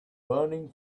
burning